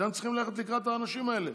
אתם צריכים ללכת לקראת האנשים האלה,